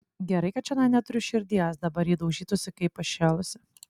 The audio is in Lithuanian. gerai kad čionai neturiu širdies dabar ji daužytųsi kaip pašėlusi